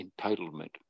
entitlement